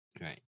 Right